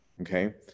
Okay